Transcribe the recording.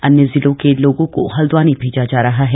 अन्य जिलों के लोगों को हल्दवानी भेजा जा रहा है